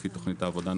לפי תכנית העבודה,